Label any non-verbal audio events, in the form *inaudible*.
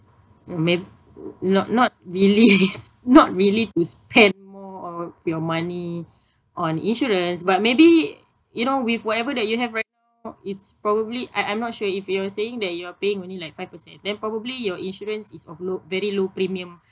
uh mayb~ n~ not really *laughs* it's not really to spend *laughs* more of your money on insurance but maybe y~ you know with whatever that you have right now is probably I I'm not sure if you're saying that you're paying only like five percent then probably your insurance is of low very low premium